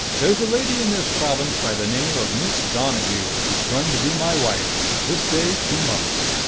there's a lady in this province, by the name of miss donnehue, who's going to be my wife, this day two months.